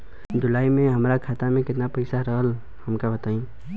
जुलाई में हमरा खाता में केतना पईसा रहल हमका बताई?